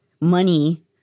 money